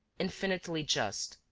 infinitely just.